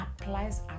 applies